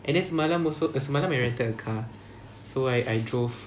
and then semalam also semalam we rented a car so I drove